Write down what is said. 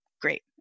Great